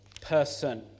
person